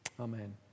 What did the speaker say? Amen